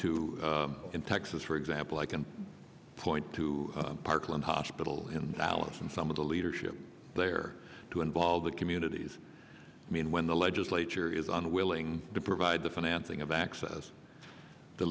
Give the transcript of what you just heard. to in texas for example i can point to parkland hospital in dallas and some of the leadership there to involve the communities when the legislature is unwilling to provide the financing of access the